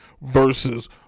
versus